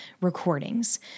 recordings